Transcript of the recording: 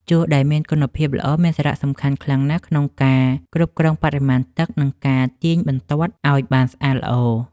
ជក់ដែលមានគុណភាពល្អមានសារៈសំខាន់ខ្លាំងណាស់ក្នុងការគ្រប់គ្រងបរិមាណទឹក និង ការទាញបន្ទាត់ឱ្យបានស្អាតល្អ។